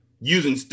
using